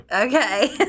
Okay